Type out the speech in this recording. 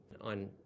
on